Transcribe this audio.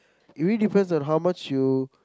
it really depends on how much you